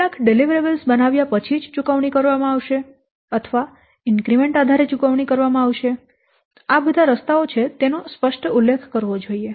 કેટલાક ડેલીવરેબલ બનાવ્યા પછી જ ચુકવણી કરવામાં આવશે અથવા ઇન્ક્રીમેન્ટ આધારે ચુકવણી કરવામાં આવશે તેનો સ્પષ્ટ ઉલ્લેખ કરવો જોઇએ